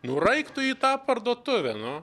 nu ir eik tu į tą parduotuvę nu